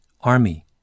Army